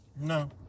No